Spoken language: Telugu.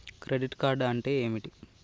క్రెడిట్ కార్డ్ అంటే ఏమిటి?